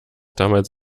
damals